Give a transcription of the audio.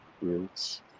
roots